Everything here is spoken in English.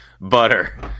butter